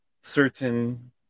certain